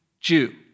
Jew